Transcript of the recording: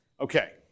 okay